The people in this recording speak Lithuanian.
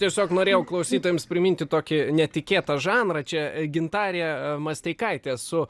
tiesiog norėjau klausytojams priminti tokį netikėtą žanrą čia gintarė masteikaitė su